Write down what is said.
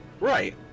Right